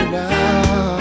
now